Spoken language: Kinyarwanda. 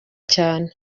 cyane